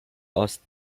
asked